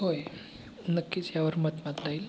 होय नक्कीच यावर मत मांडता येईल